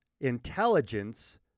Intelligence